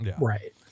Right